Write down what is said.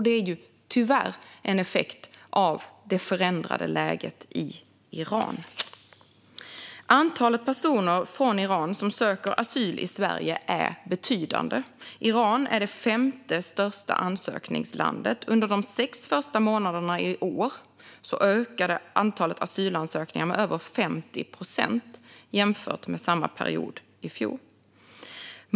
Detta är tyvärr en effekt av det förändrade läget i Iran. Antalet personer från Iran som söker asyl i Sverige är betydande. Iran är det femte största ansökningslandet. Under de sex första månaderna i år ökade antalet asylansökningar med över 50 procent jämfört med samma period i fjol.